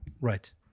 Right